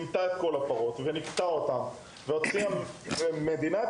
ניקתה את כל הפרות ופינתה אותן ואחרי שמדינת